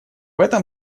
этом